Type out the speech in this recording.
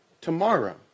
tomorrow